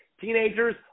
teenagers